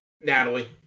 Natalie